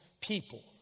people